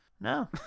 No